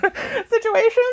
situations